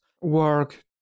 work